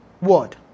Word